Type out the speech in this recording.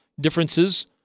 differences